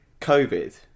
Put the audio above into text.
COVID